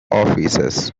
offices